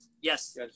Yes